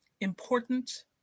important